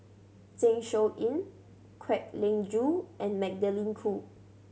Zeng Shouyin Kwek Leng Joo and Magdalene Khoo